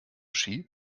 ski